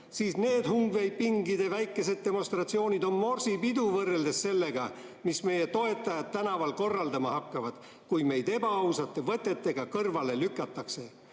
siis need hungveipingide väikesed demonstratsioonid on morsipidu võrreldes sellega, mis meie toetajad tänaval korraldama hakkavad, kui meid lükatakse ebaausate võtetega kõrvale," rääkis